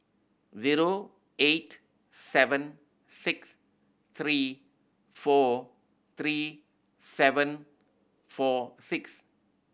zero eight seven six three four three seven four six